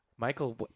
Michael